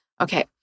Okay